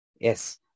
Yes